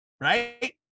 right